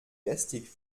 gestik